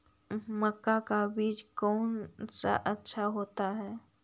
मक्का का बीज कौन सा अच्छा होता है?